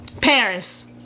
Paris